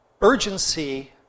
urgency